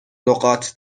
لغات